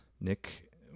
Nick